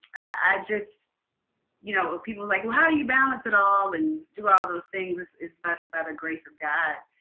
i just you know people we're like, well, how do you balance it all and do all those things? it's but ah grace of god.